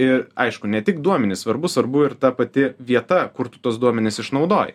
ir aišku ne tik duomenys svarbu svarbu ir ta pati vieta kur tu tuos duomenis išnaudoji